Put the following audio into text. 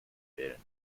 wählen